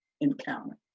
encounter